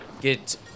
get